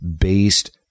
based